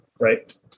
right